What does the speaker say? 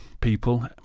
people